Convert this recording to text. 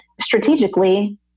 strategically